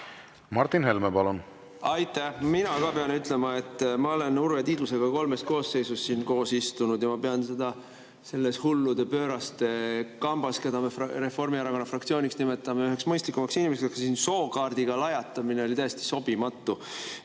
Martin Helme, palun! Aitäh! Mina ka pean ütlema – ma olen Urve Tiidusega kolmes koosseisus siin koos istunud ja ma pean teda selles hullude-pööraste kambas, keda me Reformierakonna fraktsiooniks nimetame, üheks mõistlikumaks inimeseks –, et siin sookaardiga lajatamine oli täiesti sobimatu.